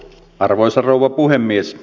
arvoisa rouva puhemies